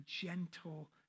gentle